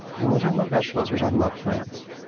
when we talk about vegetables, we are talking about plants.